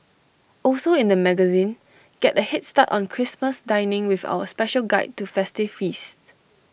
also in the magazine get A Head start on Christmas dining with our special guide to festive feasts